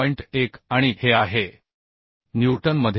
1 आणि हे आहे न्यूटनमध्ये